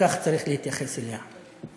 וכך צריך להתייחס אליה.